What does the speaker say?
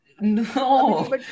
No